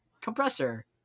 compressor